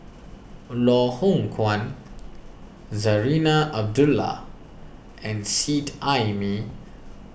Loh Hoong Kwan Zarinah Abdullah and Seet Ai Mee